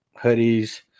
hoodies